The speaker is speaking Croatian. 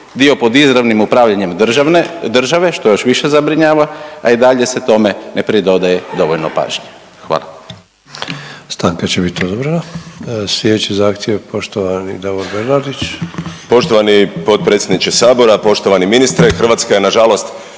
dio pod izravnim upravljanjem države što još više zabrinjava, a i dalje se tome ne pridodaje dovoljno pažnje. Hvala.